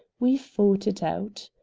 we fought it out.